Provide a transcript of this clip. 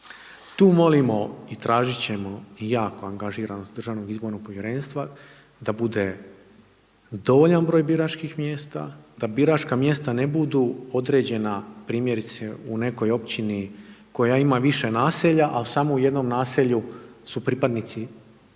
tu molimo i tražit ćemo jako angažiranost Državnog izbornog povjerenstva da bude dovoljan broj biračkih mjesta, da biračka mjesta ne budu određena, primjerice u nekoj općini koja ima više naselja, a u samo jednom naselju su pripadnici